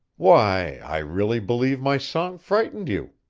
why, i really believe my song frightened you.